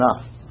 enough